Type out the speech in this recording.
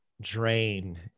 drain